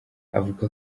avuga